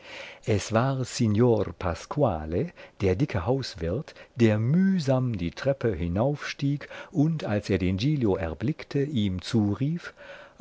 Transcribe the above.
es war signor pasquale der dicke hauswirt der mühsam die treppe hinaufstieg und als er den giglio erblickte ihm zurief